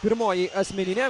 pirmoji asmeninė